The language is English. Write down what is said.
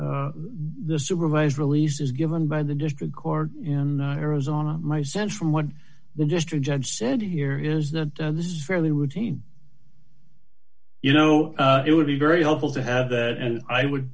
the supervised release is given by the district court in arizona my sense from what the district judge said here is that this is fairly routine you know it would be very helpful to have that and i would